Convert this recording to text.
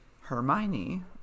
Hermione